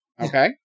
Okay